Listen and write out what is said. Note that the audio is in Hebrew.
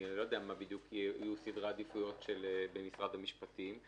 אני לא יודע מה תהיינה סדרי העדיפויות במשרד המשפטים.